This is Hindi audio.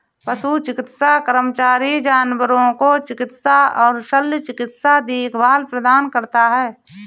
पशु चिकित्सा कर्मचारी जानवरों को चिकित्सा और शल्य चिकित्सा देखभाल प्रदान करता है